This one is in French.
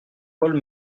paul